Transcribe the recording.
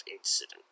incident